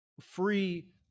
free